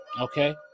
Okay